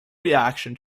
reaction